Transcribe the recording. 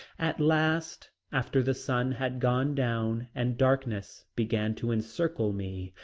at last, after the sun had gone down and darkness began to encircle me,